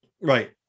right